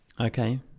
Okay